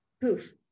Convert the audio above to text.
poof